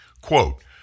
Quote